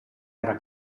era